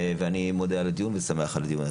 ואני מודה ושמח על הדיון הזה.